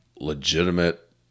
legitimate